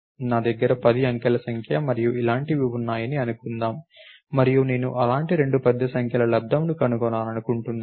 నా దగ్గర 10 అంకెల సంఖ్య మరియు ఇలాంటివి ఉన్నాయని అనుకుందాం మరియు నేను అలాంటి రెండు పెద్ద సంఖ్యల లబ్దముని కనుగొనాలనుకుంటున్నాను